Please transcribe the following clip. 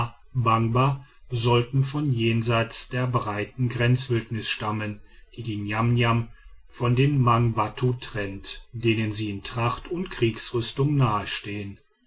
sollen von jenseits der breiten grenzwildnis stammen die die niamniam von den mangbattu trennt denen sie in tracht und kriegsrüstung nahestehen